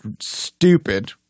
stupid